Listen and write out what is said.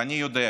ואני יודע,